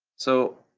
so